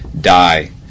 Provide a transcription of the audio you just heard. die